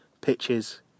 pitches